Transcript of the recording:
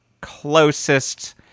closest